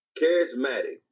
Charismatic